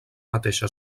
mateixa